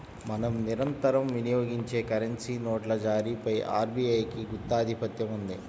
మనం నిరంతరం వినియోగించే కరెన్సీ నోట్ల జారీపై ఆర్బీఐకి గుత్తాధిపత్యం ఉంది